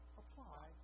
apply